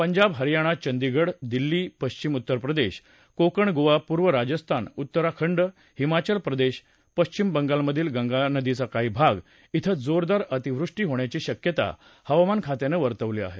पंजाब हरयाणा चंदीगढ दिल्ली पश्चिमी उत्तर प्रदेश कोकण गोवा पूर्व राजस्थान उत्तराखंड हिमाचल प्रदेश पश्विमी बंगालमधील गंगा नदीचा काही भाग िंग जोरदार अतिवृष्टी होण्याची शक्यता हवामान खात्यानं वर्तवली आहे